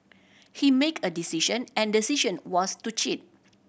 he make a decision and the decision was to cheat